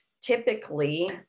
typically